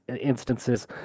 instances